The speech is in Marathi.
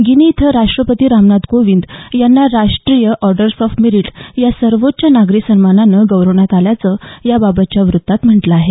गिनी इथं राष्ट्रपती रामनाथ कोविंद यांना राष्ट्रीय ऑर्डर ऑफ मेरिट या सर्वोच्च नागरी सन्मानानं गौरविण्यात आल्याचं याबाबतच्या वृत्तात म्हटलं आहे